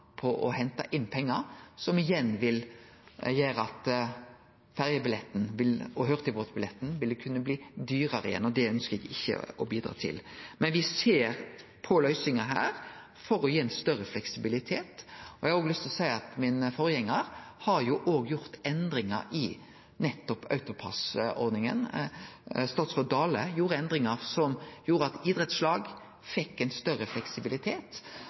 på å hente inn pengar, som igjen vil gjere at ferjebilletten og hurtigbåtbilletten vil kunne bli dyrare, og det ønskjer eg ikkje å bidra til. Men vi ser på løysingar her for å gi ein større fleksibilitet. Eg har òg lyst til å seie at forgjengaren min har gjort endringar i nettopp AutoPASS-ordninga. Statsråd Dale gjorde endringar slik at idrettslag fekk ein større fleksibilitet.